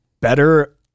better